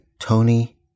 Tony